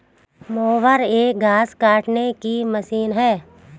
mower एक घास काटने की मशीन है